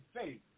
faith